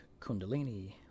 Kundalini